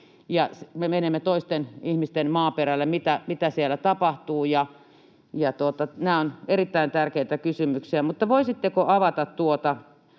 me menemme toisten ihmisten maaperälle, mitä siellä tapahtuu. Nämä ovat erittäin tärkeitä kysymyksiä. Mutta voisitteko avata tuota